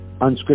Unscripted